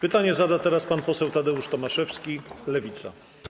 Pytanie zada teraz pan poseł Tadeusz Tomaszewski, Lewica.